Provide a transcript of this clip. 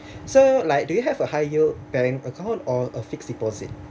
so like do you have a high yield bank account or a fixed deposit